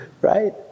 right